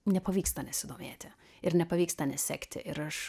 nepavyksta nesidomėti ir nepavyksta nesekti ir aš